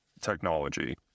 technology